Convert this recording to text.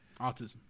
Autism